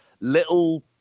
little